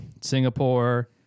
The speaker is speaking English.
Singapore